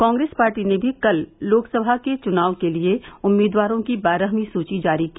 Congress party ने भी कल लोकसभा चुनाव के लिए उम्मीदवारों की बारहवीं सूची जारी की